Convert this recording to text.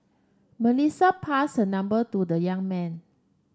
Melissa passed her number to the young man